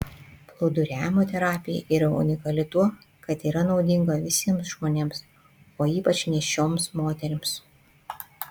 plūduriavimo terapija yra unikali tuo kad yra naudinga visiems žmonėms o ypač nėščioms moterims